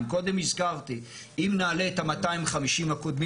אם קודם הזכרתי אם נעלה את ה-250 הקודמים